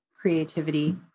creativity